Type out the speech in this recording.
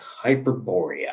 Hyperborea